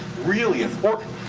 really important.